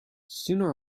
sooner